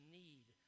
need